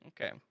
Okay